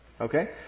Okay